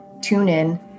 TuneIn